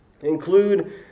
Include